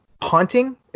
haunting